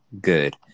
Good